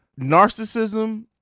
narcissism –